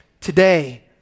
today